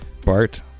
Bart